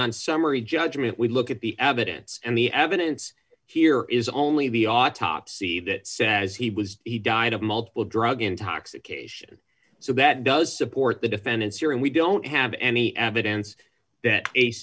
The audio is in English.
on summary judgment we look at the evidence and the evidence here is only the autopsy that says he was he died of multiple drug intoxication so that does support the defendants here and we don't have any evidence that a